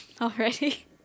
Already